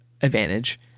advantage